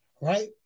right